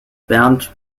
bernd